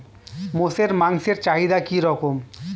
মোষের মাংসের চাহিদা কি রকম?